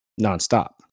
nonstop